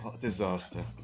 disaster